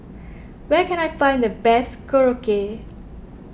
where can I find the best Korokke